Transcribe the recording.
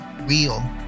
real